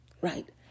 right